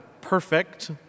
perfect